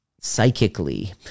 psychically